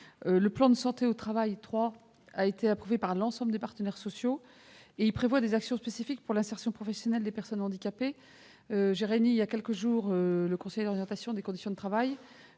plan de santé au travail, approuvé par l'ensemble des partenaires sociaux, prévoit des actions spécifiques pour l'insertion professionnelle des personnes handicapées. Devant le COCT, le Conseil d'orientation des conditions de travail,